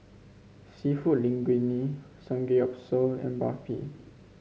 seafood Linguine Samgeyopsal and Barfi